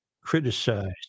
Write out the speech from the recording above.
criticized